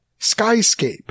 skyscape